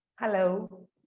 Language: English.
Hello